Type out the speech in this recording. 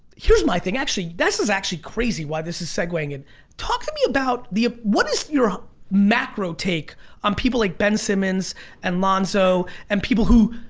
here's my thing actually this is actually crazy why this is segwaying in and talk to me about the what is your macro take on people like ben simmons and lonzo and people who,